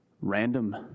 random